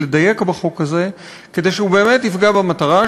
לדייק בחוק הזה כדי שהוא באמת יפגע במטרה,